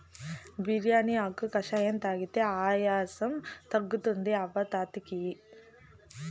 బిర్యానీ ఆకు కషాయం తాగితే ఆయాసం తగ్గుతుంది అవ్వ తాత కియి